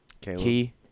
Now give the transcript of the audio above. Key